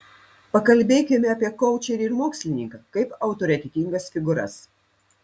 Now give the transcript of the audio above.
pakalbėkime apie koučerį ir mokslininką kaip autoritetingas figūras